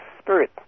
spirit